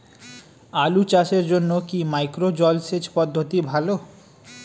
আলু চাষের জন্য কি মাইক্রো জলসেচ পদ্ধতি ভালো?